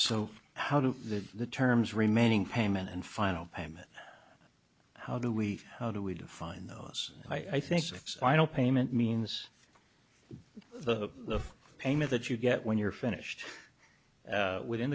so how do the the terms remaining payment and final payment how do we how do we define those i think six final payment means the payment that you get when you're finished within